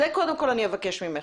את זה אני קודם כל אבקש ממך.